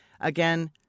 Again